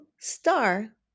star